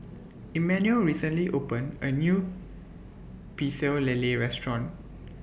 Immanuel recently opened A New Pecel Lele Restaurant